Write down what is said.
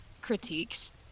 critiques